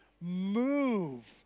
move